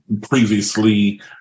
previously